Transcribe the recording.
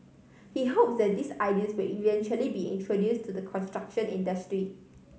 he hopes that these ideas will eventually be introduce to the construction industry